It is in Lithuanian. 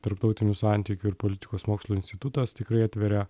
tarptautinių santykių ir politikos mokslų institutas tikrai atveria